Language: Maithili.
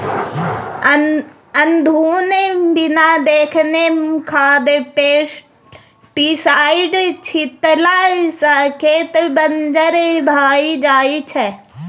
अनधुन बिना देखने खाद पेस्टीसाइड छीटला सँ खेत बंजर भए जाइ छै